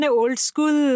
old-school